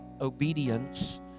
obedience